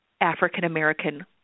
African-American